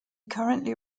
currently